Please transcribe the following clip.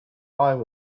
eye